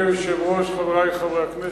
אדוני היושב-ראש, חברי חברי הכנסת,